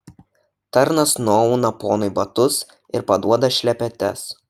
tarnas nuauna ponui batus ir paduoda šlepetes